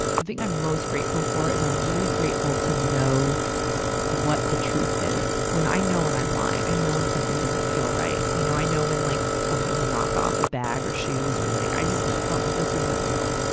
the thing i'm most grateful for is i'm really grateful to know what the truth is. when i know when i'm lying, i know when something doesn't feel right, you know. i know when like something's a knock-off a bag or shoes or like, i just know something this isn't real.